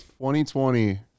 2020